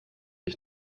ich